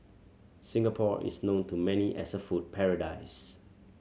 Singapore is known to many as a food paradise